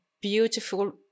beautiful